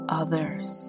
others